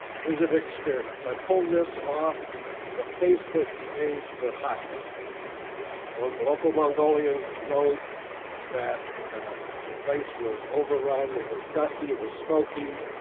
visitor experience. i pulled this off the facebook page for hatgal. a local mongolian wrote that the place was overrun, it was dusty, it was smoky.